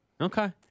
Okay